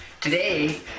Today